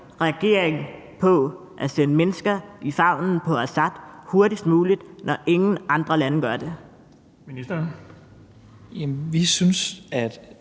regeringen på at sende mennesker i favnen på Assad hurtigst muligt, når ingen andre lande gør det? Kl. 15:53 Den